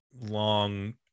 long